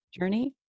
journey